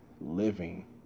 living